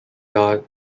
garde